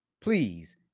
please